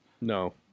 no